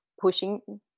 pushing